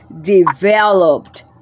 developed